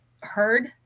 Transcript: heard